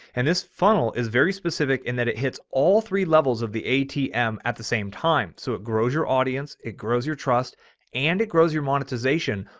and this funnel is very specific in that it hits all three levels of the atm at the same time. so it grows your audience. it grows your trust and it grows your monetization.